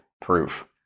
proof